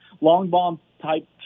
long-bomb-type